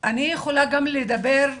אני יכולה גם לדבר כאימא.